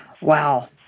Wow